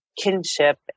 kinship